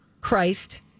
christ